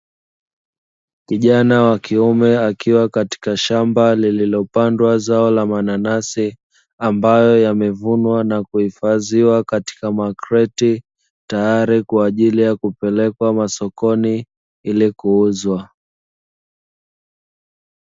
Kijana wa kiume akiwa katika shamba lililopandwa zao la mananasi ambayo yamevunwa na kuhifadhiwa katika makreti tayari kwa ajili ya kupelekwa masokoni ili kuuzwa.